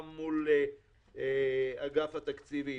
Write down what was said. גם מול אגף התקציבים.